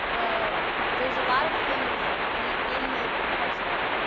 ah there's a lot of things in in the parks department,